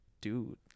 dude